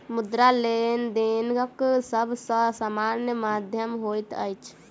मुद्रा, लेनदेनक सब सॅ सामान्य माध्यम होइत अछि